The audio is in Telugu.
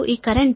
36 ఆంపియర్స్